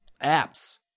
apps